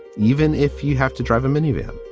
even if you have to drive a minivan.